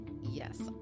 Yes